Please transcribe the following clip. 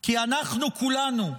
כי כולנו,